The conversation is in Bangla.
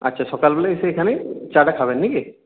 আচ্ছা সকালবেলা এসে এখানে চা টা খাবেন নাকি